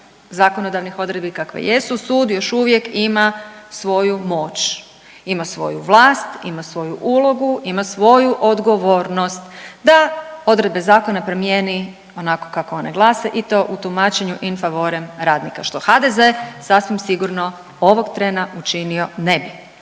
zakonodavnih odredbi kakve jesu sud još uvijek ima svoju moć, ima svoju vlast, ima svoju ulogu, ima svoju odgovornost da odredbe zakona promijeni onako kako one glase i to u tumačenju in favorem radnika što HDZ sasvim sigurno ovog trena učinio ne bi.